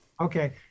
Okay